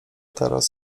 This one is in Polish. teraz